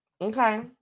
Okay